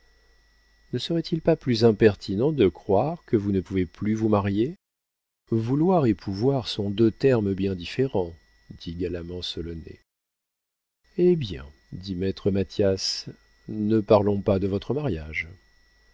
ne serait-il pas plus impertinent de croire que vous ne pouvez plus vous marier vouloir et pouvoir sont deux termes bien différents dit galamment solonet hé bien dit maître mathias ne parlons pas de votre mariage